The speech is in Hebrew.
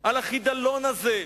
על החידלון הזה,